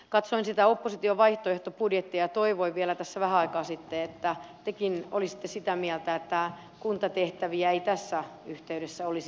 katsoin opposition vaihtoehtobudjettia ja toivoin vielä tässä vähän aikaa sitten että tekin olisitte sitä mieltä että kuntatehtäviä ei tässä yhteydessä olisi liikaa